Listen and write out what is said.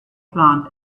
plant